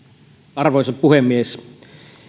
arvoisa puhemies